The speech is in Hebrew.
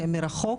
שהן מרחוק,